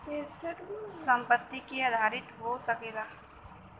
संपत्ति पे आधारित हो सकला